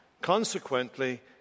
Consequently